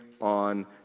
on